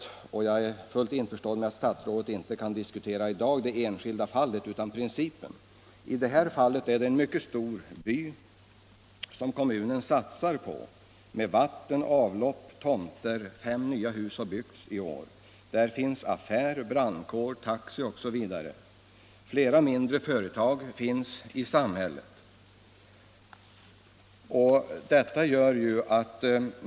I detta fall — jag är fullt medveten om att statsrådet i dag inte kan diskutera det enskilda fallet utan endast principen — är det en mycket stor by som kommunen satsar på med exempelvis vatten, avlopp och tomter. Fem nya hus har byggts i år. Där finns affär, brandkår, taxi m.m. Flera mindre företag finns i samhället. Den här aktuella bygden ligger vid Vindelälven. Man skall satsa på en stugby av betydande storlek, och en badplats skall byggas nu i vår.